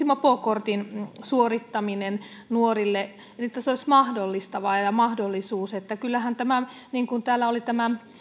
mopokortin suorittaminen nuorille niin että se olisi mahdollistavaa ja ja mahdollisuus kyllähän niin kuin täällä